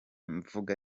mvuga